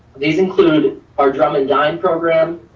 these include our drum and dine program,